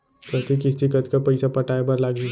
प्रति किस्ती कतका पइसा पटाये बर लागही?